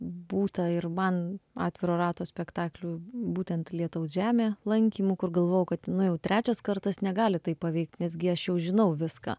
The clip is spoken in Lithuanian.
būta ir man atviro rato spektaklių būtent lietaus žemė lankymų kur galvojau kad nu jau trečias kartas negali taip paveikt nes gi aš jau žinau viską